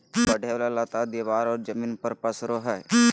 बढ़े वाला लता दीवार और जमीन पर पसरो हइ